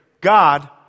God